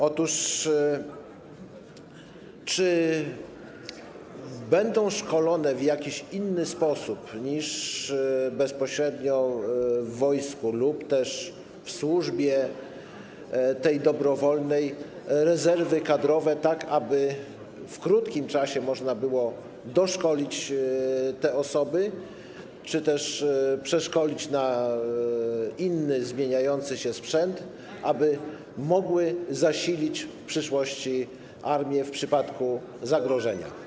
Otóż czy będą szkolone w jakiś inny sposób niż bezpośrednio w wojsku lub też w służbie dobrowolnej rezerwy kadrowe, tak aby w krótkim czasie można było doszkolić te osoby czy też przeszkolić, jeżeli chodzi o inny, zmieniający się sprzęt, aby mogły zasilić w przyszłości armię w przypadku zagrożenia?